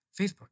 Facebook